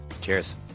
Cheers